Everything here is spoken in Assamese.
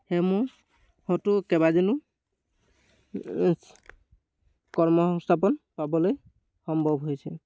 সেইসমূহ মোৰ হয়তো কেইবাজনো কৰ্মসংস্থাপন পাবলৈ সম্ভৱ হৈছে